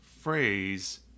phrase